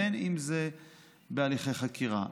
בין אם זה בהליכי חקירה,